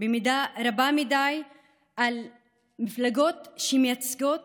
במידה רבה מדי מפלגות שמייצגות